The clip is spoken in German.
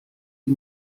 die